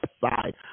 side